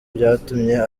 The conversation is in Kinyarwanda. byatumye